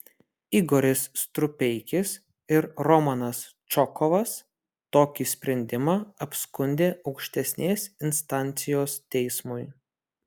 igoris strupeikis ir romanas čokovas tokį sprendimą apskundė aukštesnės instancijos teismui